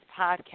podcast